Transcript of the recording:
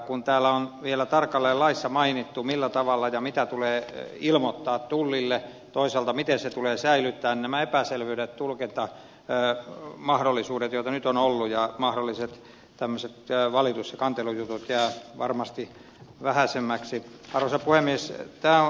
kun täällä on vielä tarkalleen laissa mainittu millä tavalla ja mitä tulee ilmoittaa tullille toisaalta miten se tulee säilyttää nämä epäselvyydet tulkintamahdollisuudet joita nyt on ollut ja mahdolliset tämmöiset valitus ja kantelujutut jäävät varmasti vähäisemmiksi